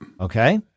Okay